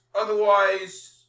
Otherwise